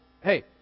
Hey